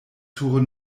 sur